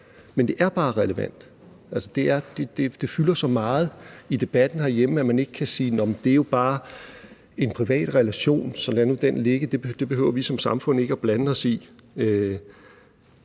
Men det er bare relevant. Det fylder så meget i debatten herhjemme, at man ikke kan sige: Nå, men det er jo bare en privat relation, så lad nu den ligge, det behøver vi som samfund ikke at blande os i.